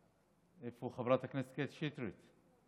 איפה חברת הכנסת קטי שטרית?